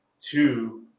two